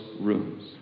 rooms